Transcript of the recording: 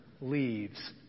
leaves